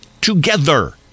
together